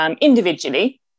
individually